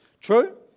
True